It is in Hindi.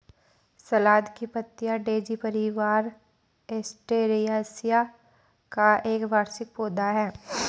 सलाद की पत्तियाँ डेज़ी परिवार, एस्टेरेसिया का एक वार्षिक पौधा है